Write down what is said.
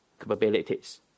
capabilities